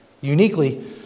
Uniquely